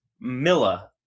Milla